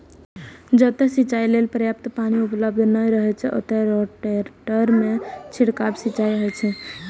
जतय सिंचाइ लेल पर्याप्त पानि उपलब्ध नै रहै छै, ओतय रोटेटर सं छिड़काव सिंचाइ होइ छै